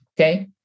okay